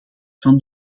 van